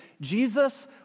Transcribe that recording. Jesus